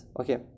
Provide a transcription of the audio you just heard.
okay